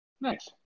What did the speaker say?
Nice